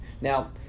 now